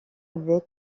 avec